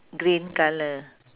green colour